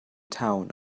town